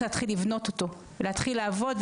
להתחיל לבנות אותו ולהתחיל לעבוד,